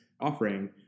offering